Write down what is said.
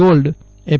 gold F